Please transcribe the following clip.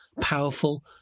powerful